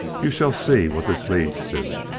you shall see what this leads to.